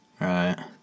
right